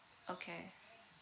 okay